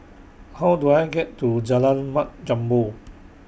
How Do I get to Jalan Mat Jambol